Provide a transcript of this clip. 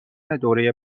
دوره